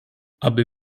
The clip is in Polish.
aby